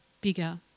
bigger